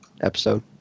episode